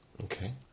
Okay